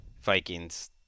Vikings